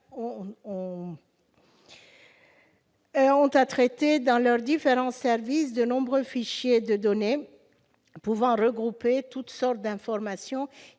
ont à traiter, dans leurs différents services, de nombreux fichiers de données pouvant regrouper toutes sortes d'informations,